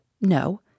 No